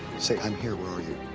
say, i'm here. where are you?